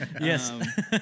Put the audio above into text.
Yes